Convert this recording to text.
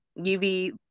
UV